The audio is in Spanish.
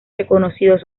reconocidos